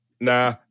nah